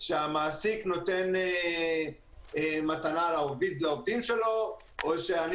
שהמעסיק נותן מתנה לעובדים שלו או שאני